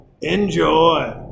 Enjoy